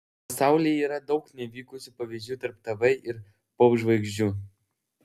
pasaulyje yra daug nevykusių pavyzdžių tarp tv ir popžvaigždžių